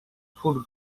food